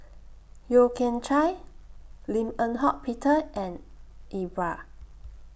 Yeo Kian Chye Lim Eng Hock Peter and Iqbal